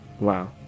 Wow